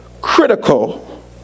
critical